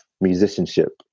musicianship